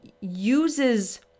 uses